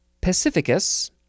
pacificus